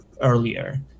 earlier